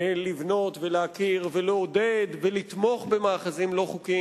לבנות ולהכיר ולעודד ולתמוך במאחזים לא חוקיים.